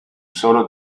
solo